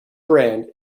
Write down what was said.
brand